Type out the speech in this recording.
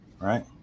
right